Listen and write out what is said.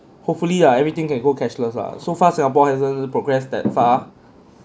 hopefully lah everything can go cashless lah so far singapore hasn't progress that far